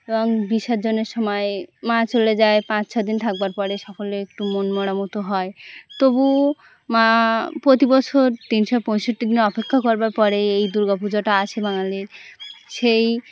এবং বিসর্জনের সময় মা চলে যায় পাঁচ ছ দিন থাকবার পরে সকলে একটু মন মরামতো হয় তবু মা প্রতি বছর তিনশো পঁয়ষট্টি দিন অপেক্ষা করবার পরে এই দুর্গা পুজোটা আসে বাঙালির সেই